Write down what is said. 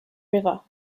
river